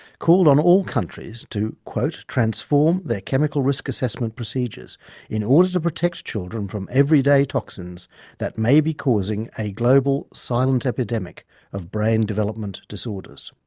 called on all countries to transform their chemical-risk assessment procedures in order to protect children from everyday toxins that may be causing a global silent epidemic of brain development disorders'.